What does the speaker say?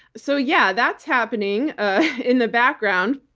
so yeah, that's happening in the background.